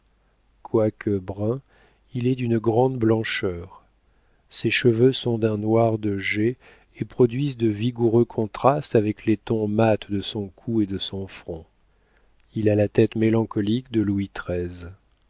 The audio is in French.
quoique brun il est d'une grande blancheur ses cheveux sont d'un noir de jais et produisent de vigoureux contrastes avec les tons mats de son cou et de son front il a la tête mélancolique de louis